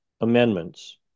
amendments